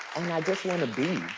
just wanna be.